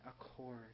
accord